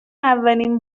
اولین